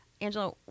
Angela